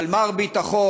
אבל "מר ביטחון",